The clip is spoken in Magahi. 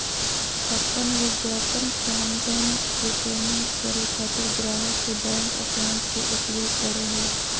अपन विज्ञापन कैंपेन के पेमेंट करे खातिर ग्राहक के बैंक अकाउंट के उपयोग करो हइ